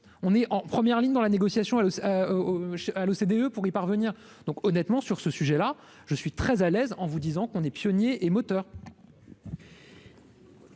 on est en première ligne dans la négociation à l'OCDE pour y parvenir, donc honnêtement sur ce sujet-là, je suis très à l'aise en vous disant qu'on est pionnier et moteur.